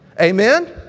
Amen